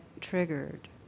triggered